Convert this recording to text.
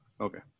Okay